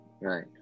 right